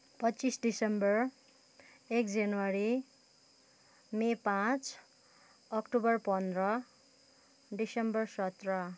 पच्चिस दिसम्बर एक जनवरी मे पाँच अक्टोबर पन्ध्र दिसम्बर सत्र